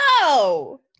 No